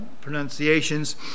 pronunciations